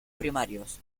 primarios